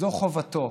זו חובתו.